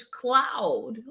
Cloud